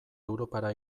europara